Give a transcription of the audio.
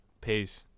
Peace